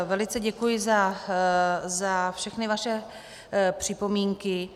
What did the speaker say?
Velice děkuji za všechny vaše připomínky.